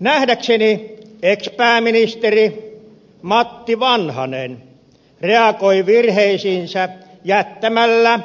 nähdäkseni ex pääministeri matti vanhanen reagoi virheisiinsä jättämällä